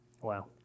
Wow